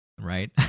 right